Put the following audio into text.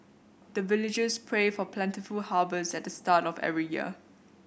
the villagers pray for plentiful harvest at the start of every year